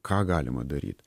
ką galima daryt